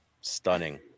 stunning